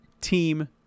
team